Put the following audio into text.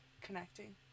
connecting